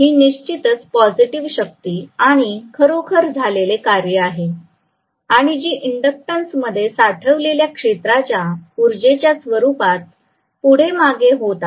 ही निश्चितच पॉझिटिव्ह शक्ती किंवा खरोखर झालेले कार्य आहे आणि जी इंडक्टन्स मध्ये साठवलेल्या क्षेत्राच्या ऊजेच्या स्वरूपात पुढे मागे होत आहे